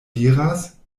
diras